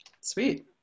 Sweet